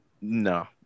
No